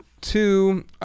two